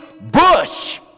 bush